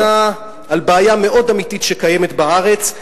היא עונה על בעיה מאוד אמיתית שקיימת בארץ.